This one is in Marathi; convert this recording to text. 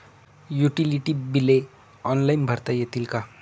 युटिलिटी बिले ऑनलाईन भरता येतील का?